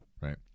right